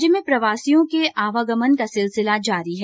राज्य में प्रवासियों के आवागमन का सिलसिला जारी है